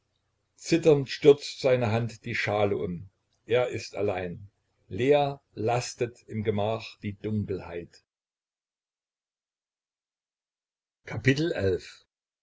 zitternd stürzt seine hand die schale um er ist allein leer lastet im gemach die dunkelheit